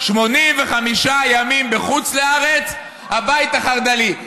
85 ימים בחוץ לארץ, הבית החרד"לי.